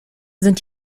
sind